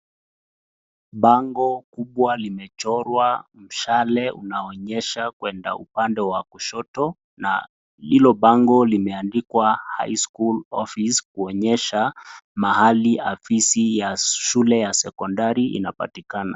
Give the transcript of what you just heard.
Pango kubwa limechorwa, mshale unaonyesha kuenda upande wa kushoto na hilo pango limeandikwa 'High school office' kuonyesha mahali afisi ya shule ya sekondari inapatikana.